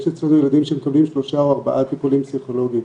יש אצלנו ילדים שמקבלים שלושה או ארבעה טיפולים פסיכולוגיים.